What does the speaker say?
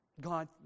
God